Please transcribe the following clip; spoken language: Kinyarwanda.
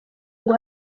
ngo